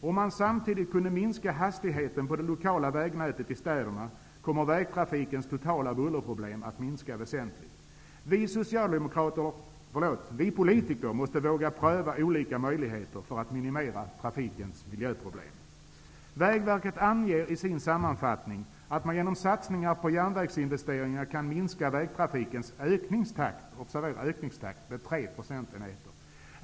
Om man samtidigt kan minska hastigheten på det lokala vägnätet i städerna, kommer vägtrafikens totala bullerproblem att minska väsentligt. Vi politiker måste våga pröva olika möjligheter för att minimera trafikens miljöproblem. Vägverket anger i sin sammanfattning att man genom satsningar på järnvägsinvesteringar kan minska vägtrafikens ökningstakt, observera ökningstakt, med 3 procentenheter.